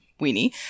weenie